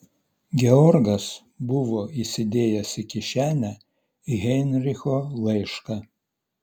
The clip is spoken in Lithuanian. georgas buvo įsidėjęs į kišenę heinricho laišką